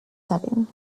setting